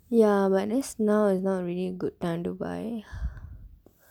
ya but that's now is not really good time to buy